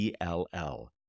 ELL